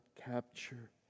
capture